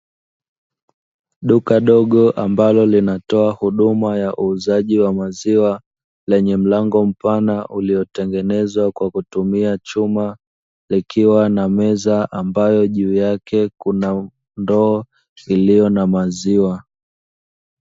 Duka dogo ambalo linatoa huduma ya uuzaji wa maziwa, lenye mlango mpana uliotengenezwa kwa kutumia chuma, likiwa na meza ambayo juu yake kuna ndoo iliyo na maziwa.